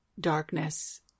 darkness